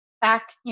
back